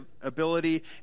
ability